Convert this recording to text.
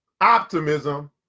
optimism